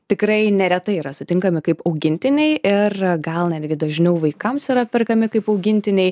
tikrai neretai yra sutinkami kaip augintiniai ir gal netgi dažniau vaikams yra perkami kaip augintiniai